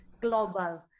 global